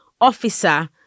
officer